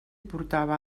portava